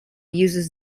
uses